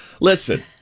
Listen